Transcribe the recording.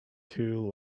too